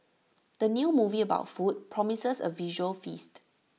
the new movie about food promises A visual feast